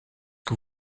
que